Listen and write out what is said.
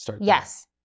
Yes